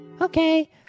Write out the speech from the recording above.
Okay